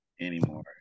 anymore